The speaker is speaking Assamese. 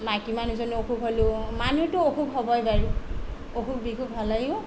মাইকী মানুহজনী অসুখ হ'লেও মানুহটো অসুখ হ'বই বাৰু অসুখ বিসুখ হ'লেও